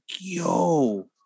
yo